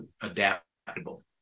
adaptable